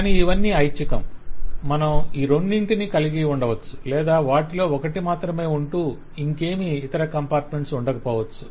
కానీ ఇవన్నీ ఐచ్ఛికం మనం ఈ రెండింటినీ కలిగి ఉండవచ్చు లేదా వాటిలో ఒకటి మాత్రమే ఉంటూ ఇంకేమీ ఇతర కంపార్ట్మెంట్స్ ఉండకపోవచ్చు